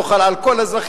לא חל על כל האזרחים,